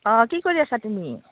অঁ কি কৰি আছা তুমি